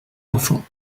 enfants